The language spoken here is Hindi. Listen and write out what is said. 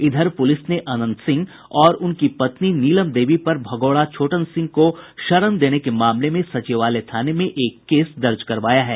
इधर पुलिस ने अनंत सिंह और उनकी पत्नी नीलम देवी पर भगोड़ा छोटन सिंह को शरण देने के मामले में सचिवालय थाने में एक केस दर्ज करवाया है